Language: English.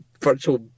virtual